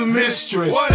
mistress